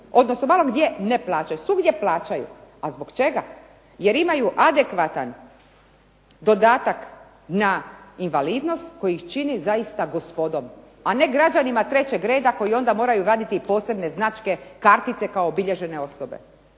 odnosno malo gdje ne plaćaju, svugdje plaćaju. A zbog čega? Jer imaju adekvatan dodatak na invalidnost koji ih čini zaista gospodom, a ne građanima trećeg reda koji onda moraju vaditi posebne značke, kartice kao obilježene osobe.